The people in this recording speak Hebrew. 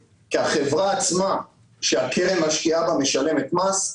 כי החברה עצמה שהשקרן משקיעה בה משלמת מס,